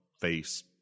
face